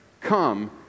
Come